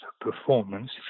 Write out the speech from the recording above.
performance